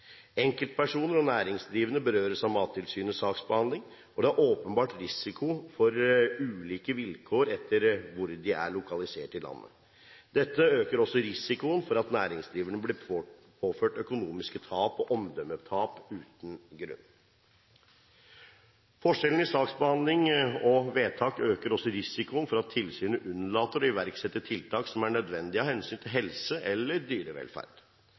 Enkeltpersoner og næringsdrivende berøres av Mattilsynets saksbehandling, og det er åpenbart risiko for ulike vilkår etter hvor de er lokalisert i landet. Dette øker også risikoen for at næringsdrivende blir påført økonomiske tap og omdømmetap uten grunn. Forskjeller i saksbehandling og vedtak øker også risikoen for at tilsynet unnlater å iverksette tiltak som er nødvendige av hensyn til helse eller dyrevelferd.